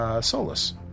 Solus